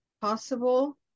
possible